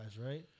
right